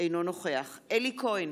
אינו נוכח אלי כהן,